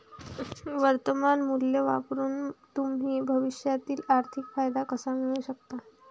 वर्तमान मूल्य वापरून तुम्ही भविष्यातील आर्थिक फायदा कसा मिळवू शकता?